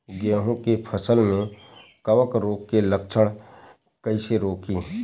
गेहूं के फसल में कवक रोग के लक्षण कईसे रोकी?